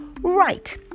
Right